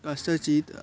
कस्यचित्